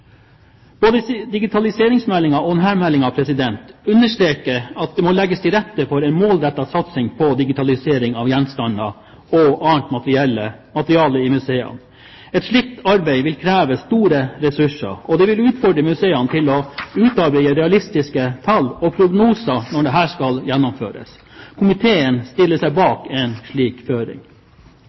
Både digitaliseringsmeldingen og denne meldingen understreker at det må legges til rette for en målrettet satsing på digitalisering av gjenstander og annet materiale i museene. Et slikt arbeid vil kreve store ressurser, og det vil utfordre museene til å utarbeide realistiske tall og prognoser når dette skal gjennomføres. Komiteen stiller seg bak en slik føring.